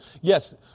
yes